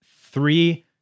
three